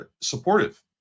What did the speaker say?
supportive